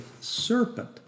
serpent